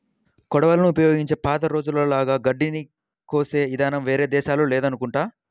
కొడవళ్ళని ఉపయోగించి పాత రోజుల్లో లాగా గడ్డిని కోసే ఇదానం వేరే దేశాల్లో లేదనుకుంటా